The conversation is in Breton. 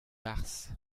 barzh